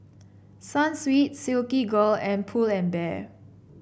Sunsweet Silkygirl and Pull and Bear